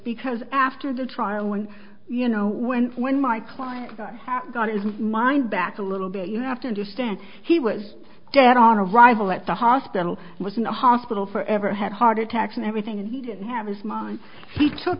because after the trial when you know when when my client got his mind back a little bit you have to understand he was dead on arrival at the hospital and was in the hospital for ever had heart attacks and everything and he didn't have his mind he took